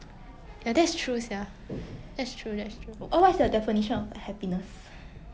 yeah that's true sia that's true that's true